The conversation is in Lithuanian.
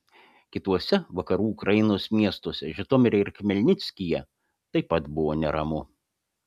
kituose vakarų ukrainos miestuose žitomire ir chmelnickyje taip pat buvo neramu